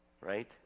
Right